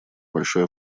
большой